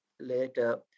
later